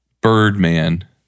Birdman